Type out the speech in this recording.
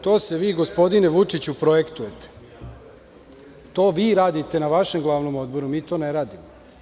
To se vi gospodine Vučiću projektujete, to vi radite na vašem glavnom odboru, mi to ne radimo.